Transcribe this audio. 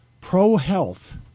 pro-health